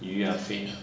鱼 ah faint ah